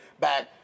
back